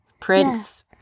Prince